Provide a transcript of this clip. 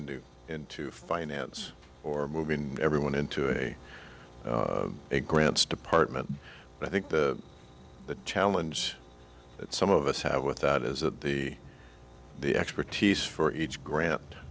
into into finance or moving everyone into a it grants department but i think the challenge that some of us have with that is that the the expertise for each grant